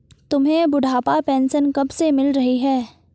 तुम्हें बुढ़ापा पेंशन कब से मिल रही है?